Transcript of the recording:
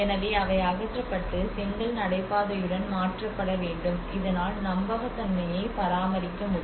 எனவே அவை அகற்றப்பட்டு செங்கல் நடைபாதையுடன் மாற்றப்பட வேண்டும் இதனால் நம்பகத்தன்மையை பராமரிக்க வேண்டும்